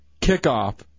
Kickoff